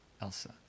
Elsa